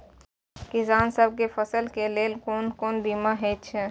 किसान सब के फसल के लेल कोन कोन बीमा हे छे?